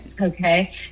Okay